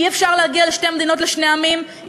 אי-אפשר להגיע לשתי מדינות לשני עמים,